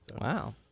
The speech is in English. wow